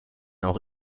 auch